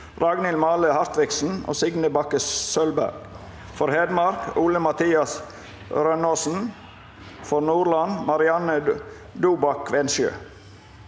Ragnhild Male Hartviksen og Signe Bakke Sølberg For Hedmark: Ole Mathias Rønaasen For Nordland: Marianne Dobak Kvensjø